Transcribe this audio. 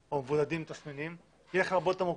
או מבודדים עם תסמינים, יהיה לכם הרבה יותר מרוכב.